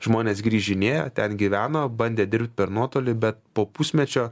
žmonės grįžinėjo ten gyveno bandė dirbt per nuotolį bet po pusmečio